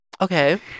Okay